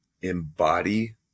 embody